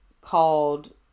called